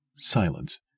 Silence